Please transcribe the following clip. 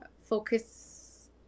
focus